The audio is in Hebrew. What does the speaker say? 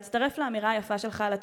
להצטרף לאמירה היפה שלך על הציונות.